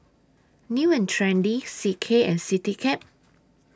New and Trendy C K and Citycab